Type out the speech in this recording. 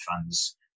funds